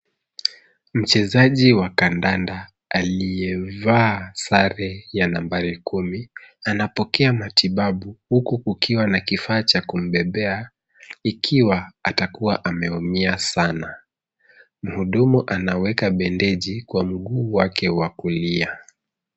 Mchezaji wa kandanda aliyevaa sare ya nambari kumi anapokea matibabu huku kukiwa na kifaa cha kumbebea ikiwa atakuwa ameumia sana. Mhudumu anaweka bandeji kwa mguu wake wa kulia.